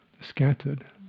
scattered